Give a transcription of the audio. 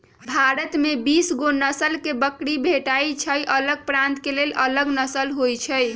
भारत में बीसगो नसल के बकरी भेटइ छइ अलग प्रान्त के लेल अलग नसल होइ छइ